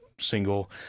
Single